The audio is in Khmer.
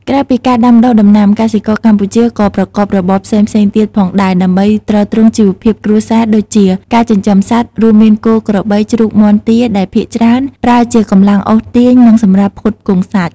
ក្រៅពីការដាំដុះដំណាំ កសិករកម្ពុជាក៏ប្រកបរបរផ្សេងៗទៀតផងដែរដើម្បីទ្រទ្រង់ជីវភាពគ្រួសារ ដូចជា ការចិញ្ចឹមសត្វ រួមមាន គោ ក្របី ជ្រូក មាន់ ទា ដែលភាគច្រើនប្រើជាកម្លាំងអូសទាញ និងសម្រាប់ផ្គត់ផ្គង់សាច់។